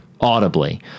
audibly